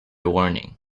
warning